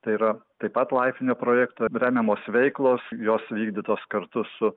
tai yra taip pat laifinio projekto remiamos veiklos jos vykdytos kartu su